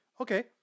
Okay